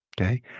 Okay